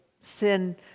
sin